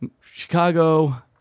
Chicago